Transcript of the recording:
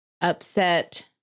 upset